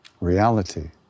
reality